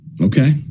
Okay